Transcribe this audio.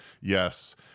yes